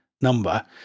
number